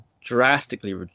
drastically